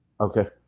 Okay